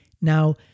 Now